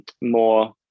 more